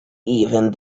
even